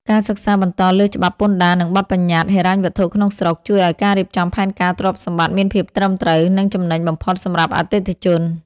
ការសិក្សាបន្តលើច្បាប់ពន្ធដារ និងបទបញ្ញត្តិហិរញ្ញវត្ថុក្នុងស្រុក ជួយឱ្យការរៀបចំផែនការទ្រព្យសម្បត្តិមានភាពត្រឹមត្រូវ និងចំណេញបំផុតសម្រាប់អតិថិជន។